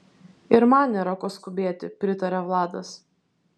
ir man nėra ko skubėti pritaria vladas